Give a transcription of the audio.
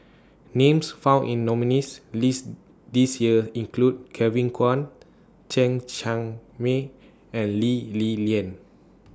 Names found in The nominees' list This Year include Kevin Kwan Chen Cheng Mei and Lee Li Lian